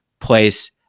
place